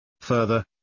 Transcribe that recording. Further